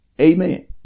Amen